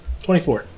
Twenty-four